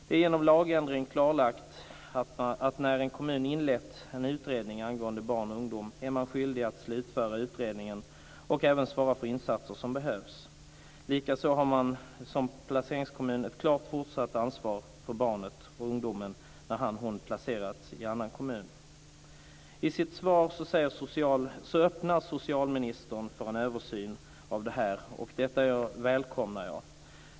Det är genom lagändring klarlagt att när en kommun inlett en utredning angående barn och ungdom är den skyldig att slutföra utredningen och även svara för insatser som behövs. Likaså har placeringskommunen ett klart fortsatt ansvar för barnet och ungdomen när han/hon placerats i annan kommun. I sitt svar öppnar socialministern för en översyn av detta, och det välkomnar jag.